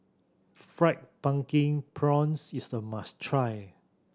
Fried Pumpkin Prawns is a must try